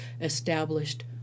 established